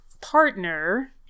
partner